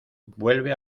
vuelve